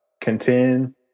contend